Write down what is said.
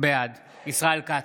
בעד ישראל כץ,